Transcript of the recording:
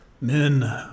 Men